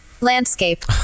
Landscape